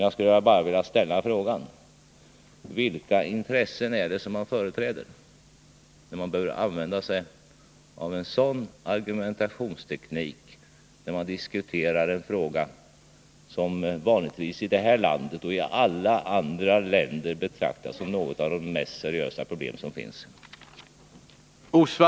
Jag skulle bara vilja ställa frågan: Vilka intressen är det man företräder, om man behöver använda sig av en sådan argumentationsteknik när vi diskuterar en fråga som vanligtvis här i landet och i alla andra länder betraktas som en av de mest seriösa?